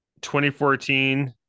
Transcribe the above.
2014